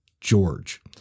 George